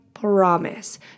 Promise